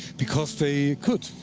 because they could.